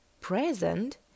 present